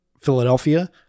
Philadelphia